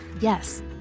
Yes